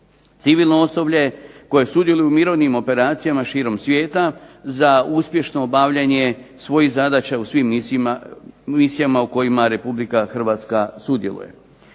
civilno osoblje koje sudjeluju u mirovnim misijama širom svijeta za uspješno obavljanje svih zadaća u misijama u kojima Republika Hrvatska sudjeluje.